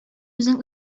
үзең